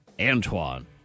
Antoine